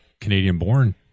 Canadian-born